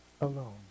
alone